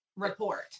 report